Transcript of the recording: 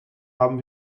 haben